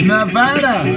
Nevada